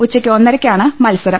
ഉച്ചയ്ക്ക് ഒന്നരയ്ക്കാണ് മത്സരം